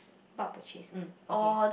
bulk purchase mm okay